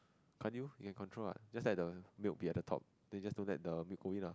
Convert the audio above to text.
can't you you can control what just let the milk be at the top then you just don't let the milk go in lah